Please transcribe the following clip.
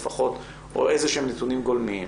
או לפחות איזשהם נתונים גולמיים.